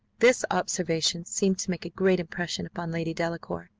this observation seemed to make a great impression upon lady delacour.